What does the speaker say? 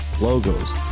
logos